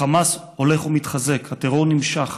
החמאס הולך ומתחזק, הטרור נמשך,